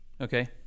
Okay